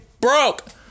BROKE